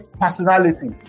personality